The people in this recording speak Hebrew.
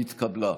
התקבלה.